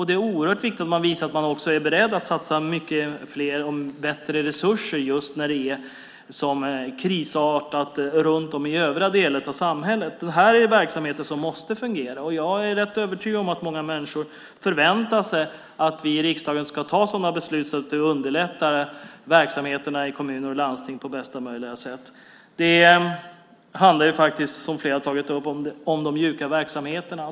Det är oerhört viktigt att man visar att man är beredd att satsa mer resurser när det är så krisartat runt om i övriga delar av samhället. Det här är verksamheter som måste fungera. Jag är rätt övertygad om att många människor förväntar sig att vi i riksdagen ska fatta sådana beslut som underlättar verksamheterna i kommuner och landsting på bästa möjliga sätt. Som flera har tagit upp handlar det om de mjuka verksamheterna.